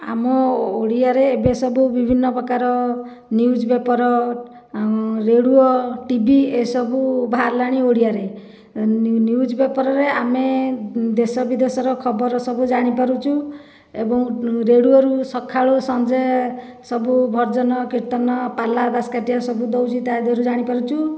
ଆମ ଓଡ଼ିଆରେ ଏବେ ସବୁ ବିଭିନ୍ନ ପ୍ରକାର ନ୍ୟୁଜ୍ ପେପର ରେଡ଼ିଓ ଟିଭି ଏସବୁ ବାହାରିଲାଣି ଓଡ଼ିଆରେ ନ୍ୟୁଜ୍ ପେପରରେ ଆମେ ଦେଶବିଦେଶର ଖବର ସବୁ ଜାଣିପାରୁଛୁ ଏବଂ ରେଡ଼ିଓରୁ ସକାଳୁ ସଞ୍ଜ ସବୁ ଭଜନ ପାଲା ଦାସକାଠିଆ ସବୁ ଦେଉଛି ତା' ଦେହରୁ ଜାଣିପାରୁଛୁ